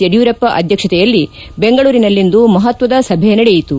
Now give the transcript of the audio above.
ಯಡಿಯೂರಪ್ಪ ಅಧ್ಯಕ್ಷತೆಯಲ್ಲಿ ಬೆಂಗಳೂರಿನಲ್ಲಿಂದು ಮಹತ್ವದ ಸಭೆ ನಡೆಯಿತು